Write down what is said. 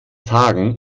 tagen